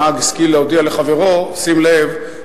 הנהג השכיל להודיע לחברו: שים לב,